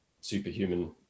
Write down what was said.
superhuman